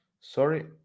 Sorry